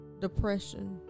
depression